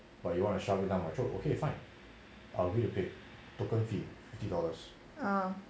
orh